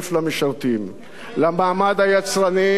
איפה היית בהצבעה על החוק,